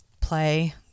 play